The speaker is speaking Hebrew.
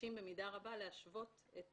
מבקשים במידה רבה להשוות את